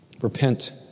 Repent